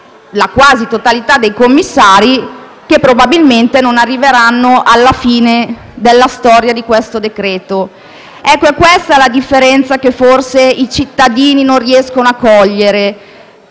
dalla quasi totalità dei commissari, probabilmente non arriveranno alla fine della storia di questo decreto-legge. Questa è la differenza che forse i cittadini non riescono a cogliere.